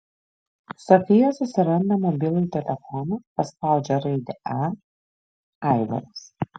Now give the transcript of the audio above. sofija susiranda mobilųjį telefoną paspaudžia raidę a aivaras